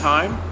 Time